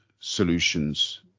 solutions